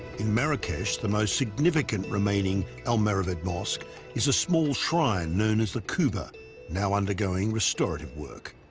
in marrakesh the most significant remaining almoravid mosque is a small shrine known as the qubba now undergoing restorative work